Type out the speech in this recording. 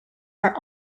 are